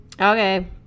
Okay